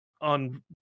on